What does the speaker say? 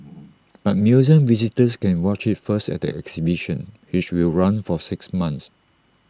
but museum visitors can watch IT first at the exhibition which will run for six months